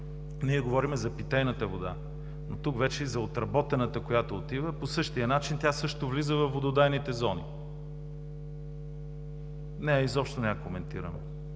ние говорим за питейната вода, но тук вече и за отработената, която по същия начин влиза във вододайните зони. Нея изобщо не я коментираме.